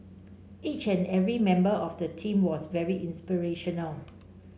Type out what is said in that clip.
each and every member of the team was very inspirational